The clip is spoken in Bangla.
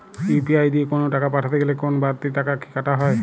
ইউ.পি.আই দিয়ে কোন টাকা পাঠাতে গেলে কোন বারতি টাকা কি কাটা হয়?